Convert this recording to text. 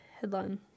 headline